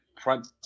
front